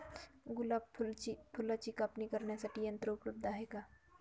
गुलाब फुलाची कापणी करण्यासाठी यंत्र उपलब्ध आहे का?